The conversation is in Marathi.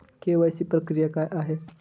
के.वाय.सी प्रक्रिया काय आहे?